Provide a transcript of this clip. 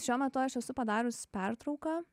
šiuo metu aš esu padarius pertrauką